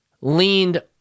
leaned